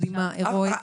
הרואית.